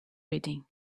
reading